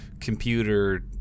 computer